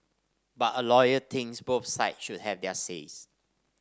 but a lawyer thinks both sides should have their says